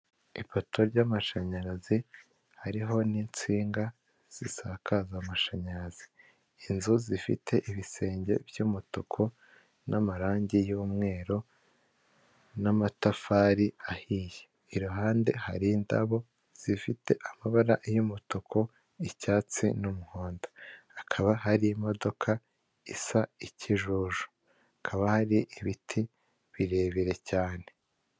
Ipoto ry'amashanyarazi hariho n'insinga zisakaza amashanyarazi, inzu zifite ibisenge by'umutuku n'amarangi y'umweru, n'amatafari ahiye iruhande hari indabo zifite amabara y'umutuku icyatsi n'umuhondo, hakaba hari imodoka isa ikijuju hakaba hari ibiti birebire cyane.